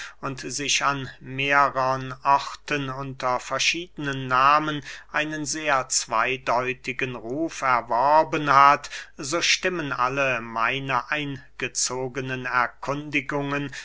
sich an mehrern orten unter verschiedenen namen einen sehr zweydeutigen ruf erworben hat so stimmen alle meine eingezogenen erkundigungen